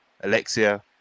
Alexia